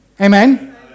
Amen